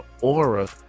aura